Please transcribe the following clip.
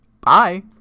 Bye